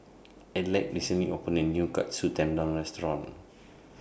Adelaide recently opened A New Katsu Tendon Restaurant